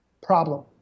problem